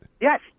Yes